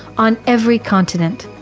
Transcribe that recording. on every continent.